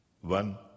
One